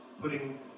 putting